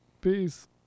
Peace